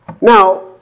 Now